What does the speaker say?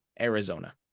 Arizona